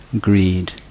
greed